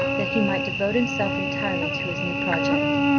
that he might devote himself entirely to his new project.